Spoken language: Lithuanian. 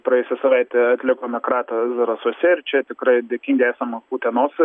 praėjusią savaitę atlikome kratą zarasuose ir čia tikrai dėkingi esame utenos